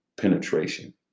penetration